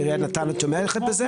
האם עיריית נתניה תומכת בזה?